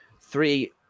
three